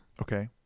Okay